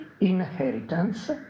inheritance